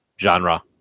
genre